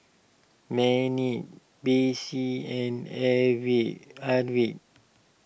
Mannie Bessie and Arvid